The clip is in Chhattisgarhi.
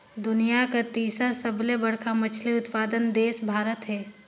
दुनिया कर तीसर सबले बड़खा मछली उत्पादक देश भारत हे